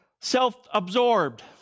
self-absorbed